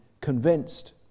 convinced